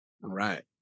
Right